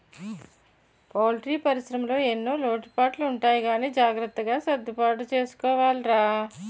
poultry పరిశ్రమలో ఎన్నో లోటుపాట్లు ఉంటాయి గానీ జాగ్రత్తగా సర్దుబాటు చేసుకోవాలిరా